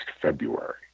February